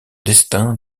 destin